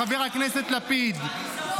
חבר הכנסת לפיד,